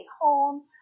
home